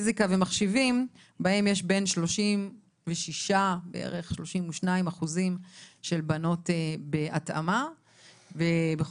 פיזיקה ומחשבים שבהם יש בין 36% בערך או 32% של בנות בהתאמה ובכל